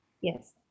Yes